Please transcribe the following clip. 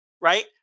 right